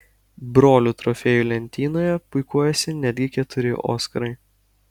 brolių trofėjų lentynoje puikuojasi netgi keturi oskarai